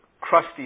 crusty